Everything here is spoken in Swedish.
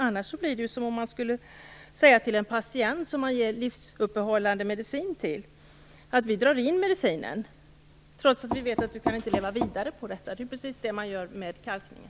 Annars blir det som om man skulle säga till en patient som får livsuppehållande medicin: Vi drar in medicinen trots att vi vet att du inte kan leva vidare utan den. Det är precis det man gör med kalkningen.